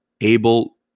able